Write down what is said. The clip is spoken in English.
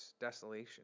desolation